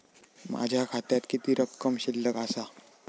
माझ्या खात्यात किती रक्कम शिल्लक आसा?